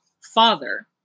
father